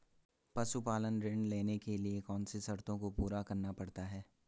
पशुपालन ऋण लेने के लिए कौन सी शर्तों को पूरा करना पड़ता है?